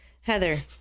heather